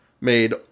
made